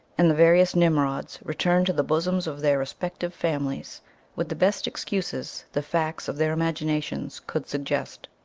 and the various nimrods returned to the bosoms of their respective families with the best excuses the facts of their imaginations could suggest.